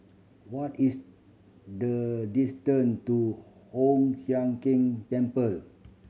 what is the distant to Hoon Sian Keng Temple